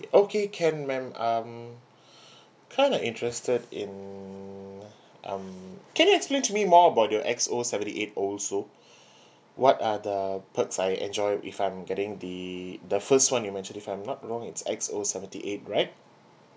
okay can ma'am um kinda interested in um can you explain to me more about your X O seventy eight also what are the perks I enjoy if I'm getting the the first [one] you mentioned if I'm not wrong it's X O seventy eight right